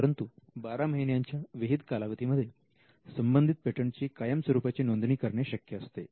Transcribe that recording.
परंतु 12 महिन्याच्या विहित कालावधी मध्ये संबंधित पेटंट ची कायम स्वरूपाची नोंदणी करणे शक्य असते